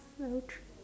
so true